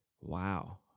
Wow